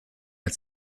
als